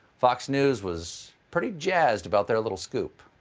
fox news was pretty jazzed about their little scoop.